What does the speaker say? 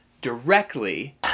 directly